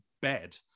bed